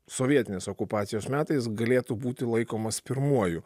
sovietinės okupacijos metais galėtų būti laikomas pirmuoju